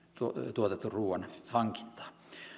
tuotetun ruuan hankintaa